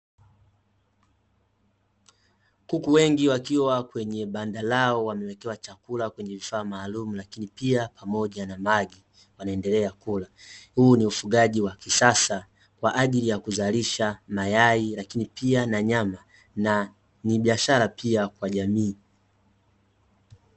Kuku wengi wakiwa kwenye banda lao wamewekewa chakula kwenye vifaa maalumu lakini pia pamoja na maji wanaendelea kula, huu ni ufugaji wa kisasa kwa ajili ya kuzalisha mayai lakini pia na nyama na ni biashara pia kwa jamii.